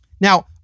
Now